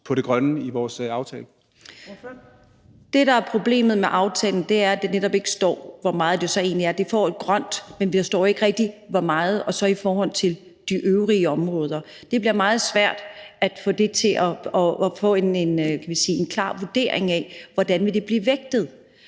Katarina Ammitzbøll (KF): Det, der er problemet med aftalen, er, at der netop ikke står, hvor meget det så egentlig er. Det er grønt, men der står ikke rigtig hvor meget i forhold til de øvrige områder. Det bliver meget svært at få en, hvad skal vi sige, klar vurdering af, hvordan det vil blive vægtet.